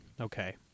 Okay